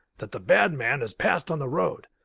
that the bad man has passed on the road.